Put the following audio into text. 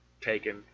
taken